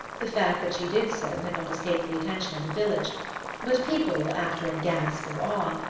the fact that she did so had not escaped the attention of the village but people, after a gasp of awe,